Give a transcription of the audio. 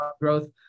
growth